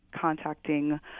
contacting